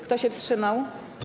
Kto się wstrzymał?